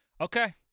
Okay